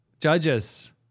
Judges